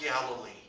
Galilee